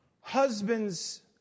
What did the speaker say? husband's